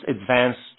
advanced